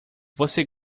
você